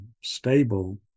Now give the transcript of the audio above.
stable